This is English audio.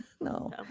no